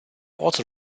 also